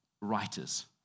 writers